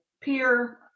peer